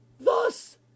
Thus